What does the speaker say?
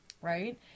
right